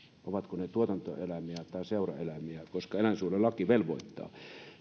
ovatko ne tuotantoeläimiä tai seuraeläimiä koska eläinsuojelulaki velvoittaa